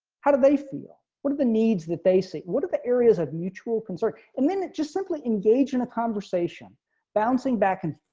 how do they feel, what are the needs that they see what are the areas of mutual concern and then it just simply engage in the conversation bouncing back and